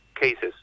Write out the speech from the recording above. cases